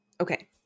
Okay